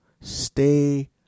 stay